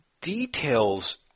details